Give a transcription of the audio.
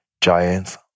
Giants